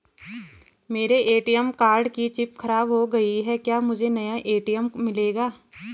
मेरे ATM card की chip खराब हो गयी है क्या मुझे नया ए.टी.एम मिलेगा?